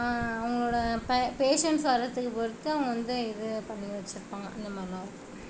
அவங்ளோட patients வரத்துக்கு பொருத்து அவங்க வந்து இது பண்ணி வச்சுருப்பாங்க அந்தமாதிரிலா இருக்கும்